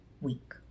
week